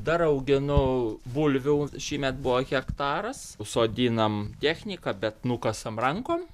dar auginu bulvių šįmet buvo hektaras sodinam technika bet nukasam rankom